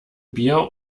bier